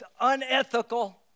unethical